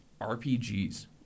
RPGs